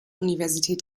universität